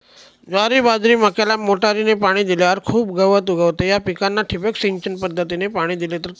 ज्वारी, बाजरी, मक्याला मोटरीने पाणी दिल्यावर खूप गवत उगवते, या पिकांना ठिबक सिंचन पद्धतीने पाणी दिले तर चालेल का?